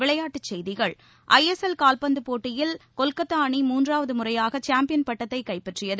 விளையாட்டுச் செய்திகள் I S L கால்பந்து போட்டியில் கொல்கத்தா அணி மூன்றாவது முறையாக சாம்பியன் பட்டத்தை கைப்பற்றியது